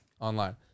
online